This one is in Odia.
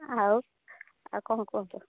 ଆଉ ଆଉ କ'ଣ କହୁଛ